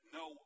no